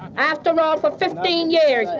after all, for fifteen years,